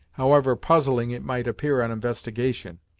however puzzling it might appear on investigation.